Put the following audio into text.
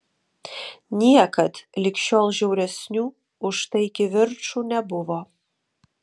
niekad lig šiol žiauresnių už tai kivirčų nebuvo